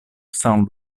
saint